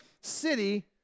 city